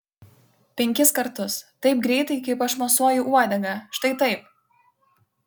penkis kartus taip greitai kaip aš mosuoju uodega štai taip